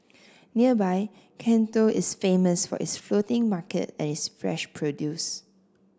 nearby Can Tho is famous for its floating market and its fresh produce